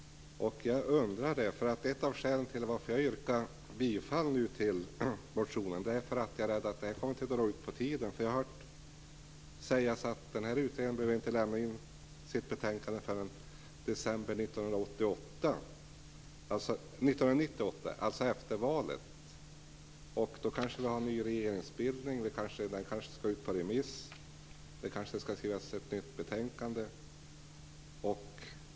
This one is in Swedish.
Jag undrar hur det är. Ett av skälen till att jag yrkar bifall till motionen är att utredningen kommer att dra ut på tiden. Jag har hört sägas att utredningen inte behöver lämna sitt betänkande förrän i december 1998, dvs. efter valet. Då kanske vi har en ny regeringsbildning, och betänkandet skall kanske ut på remiss. Det kanske skall skrivas ett nytt betänkande.